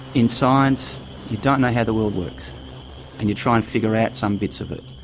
in science you don't know how the world works and you try and figure out some bits of it.